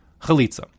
Chalitza